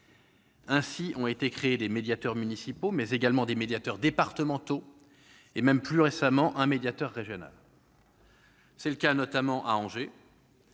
Ainsi, ont été créés des médiateurs municipaux, mais également des médiateurs départementaux et même, plus récemment, un médiateur régional. C'est le cas à Angers,